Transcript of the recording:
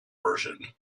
version